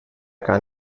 gar